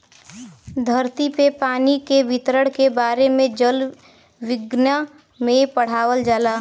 धरती पे पानी के वितरण के बारे में जल विज्ञना में पढ़ावल जाला